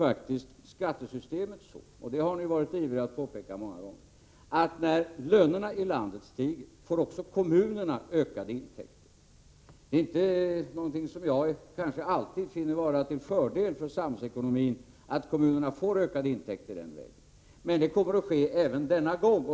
1987/88:108 varit ivriga att påpeka många gånger — att när lönerna i landet stiger får också 26 april 1988 ' kommunerna ökade intäkter. Det är inte någonting som jag alltid finner vara tale ktill fördel för samhällsekonomin — att kommunerna får ökade intäkter den OM Ren ue å i; i LG é. ter för den kommunala vägen — men det kommer att ske även denna gång.